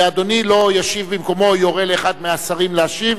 ואדוני לא ישיב במקומו או יורה לאחד מהשרים להשיב,